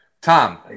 Tom